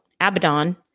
Abaddon